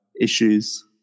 issues